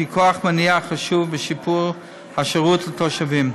שהיא כוח מניע חשוב בשיפור השירות לתושבים,